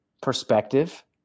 Perspective